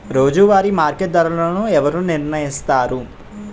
రోజువారి మార్కెట్ ధరలను ఎవరు నిర్ణయిస్తారు?